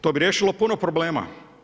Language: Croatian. To bi riješilo puno problema.